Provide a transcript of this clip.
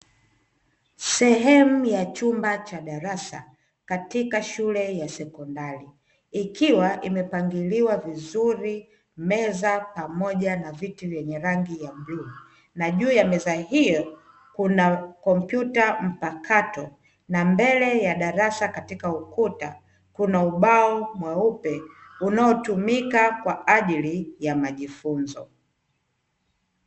Sehemu ya chumba cha darasa katika shule ya sekondari, ikiwa imepangiliwa vizuri, meza pamoja na viti vyenye rangi ya bluu na juu ya meza hiyo kuna kompyuta mpakato na mbele ya darasa katika ukuta kuna ubao mweupe unaotumika kwa ajili ya majifunzo.